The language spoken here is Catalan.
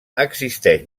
existeix